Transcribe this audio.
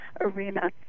arena